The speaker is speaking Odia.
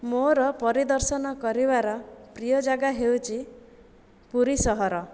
ମୋର ପରିଦର୍ଶନ କରିବାର ପ୍ରିୟ ଜାଗା ହେଉଛି ପୁରୀସହର